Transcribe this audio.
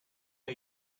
are